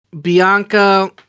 Bianca